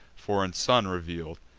foreign son reveal'd.